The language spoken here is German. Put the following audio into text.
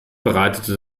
bereitete